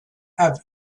have